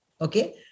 Okay